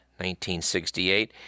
1968